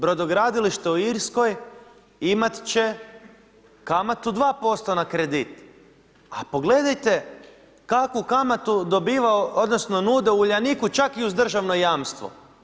Brodogradilište u Irskoj imat će kamatu 2% na kredit, a pogledajte kakvu kamatu dobiva odnosno nude Uljaniku čak i uz državno jamstvo.